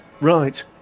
Right